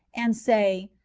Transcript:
and say,